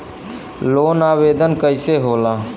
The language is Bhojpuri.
लोन आवेदन कैसे होला?